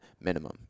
minimum